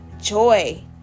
joy